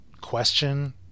Question